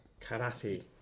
Karate